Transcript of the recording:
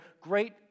great